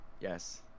Yes